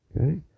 Okay